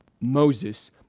Moses